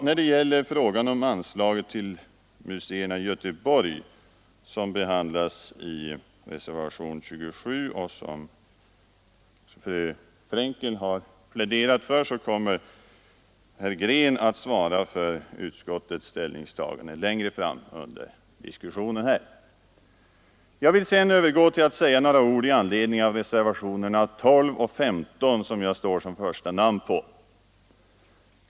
När det gäller anslaget till museerna i Göteborg, som behandlas i reservationen 27 och som fru Frankel har pläderat för, kommer herr Green att svara för utskottets ställningstagande längre fram under diskussionen här. Jag vill sedan övergå till att säga några ord i anledning av reservationer na 12 och 15, som mitt namn står först på.